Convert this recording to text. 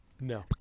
No